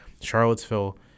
Charlottesville